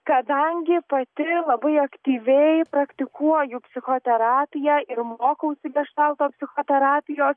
kadangi pati labai aktyviai praktikuoju psichoterapiją ir mokausi geštalto psichoterapijos